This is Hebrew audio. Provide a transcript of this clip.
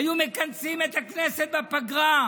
היו מכנסים את הכנסת בפגרה,